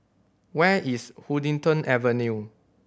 where is Huddington Avenue